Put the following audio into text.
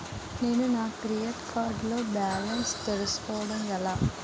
నేను నా credit card లో బాలన్స్ తెలుసుకోవడం ఎలా?